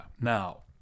Now